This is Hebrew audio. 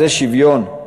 זה שוויון?